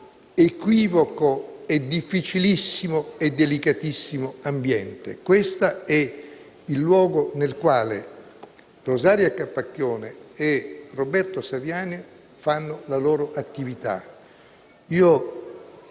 equivoco e a un difficilissimo e delicatissimo ambiente. Questo è il luogo nel quale Rosaria Capacchione e Roberto Saviano svolgono la loro attività. Voglio